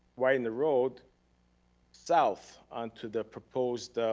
widen the road south, onto the proposed